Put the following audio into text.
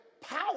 power